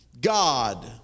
God